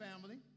family